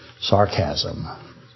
Sarcasm